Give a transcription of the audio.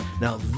Now